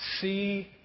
see